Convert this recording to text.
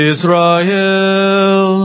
Israel